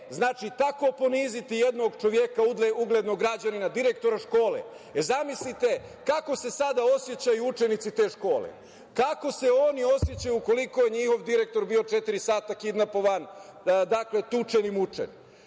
je tako poniziti jednog čoveka, uglednog građanina, direktora škole. Zamislite kako se sada osećaju učenici te škole. Zamislite kako se oni osećaju ukoliko je njihov direktor bio četiri sata kidnapovan, tučen i mučen.